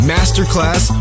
Masterclass